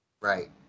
Right